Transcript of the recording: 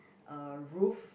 uh roof